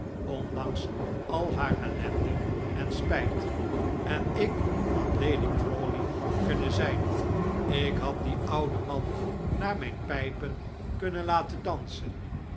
ondanks al haar ellende en spijt en ik had lady crawley kunnen zijn ik had dien ouden man naar mijn pijpen kunnen laten dansen